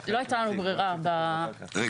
הייתה לנו ברירה --- רגע,